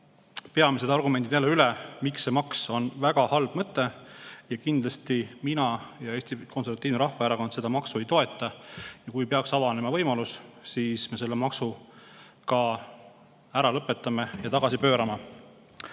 peamised argumendid, miks see maks on väga halb mõte. Kindlasti mina ja Eesti Konservatiivne Rahvaerakond seda maksu ei toeta ja kui peaks avanema võimalus, siis me selle maksu ära lõpetame ja tagasi pöörame.